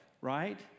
right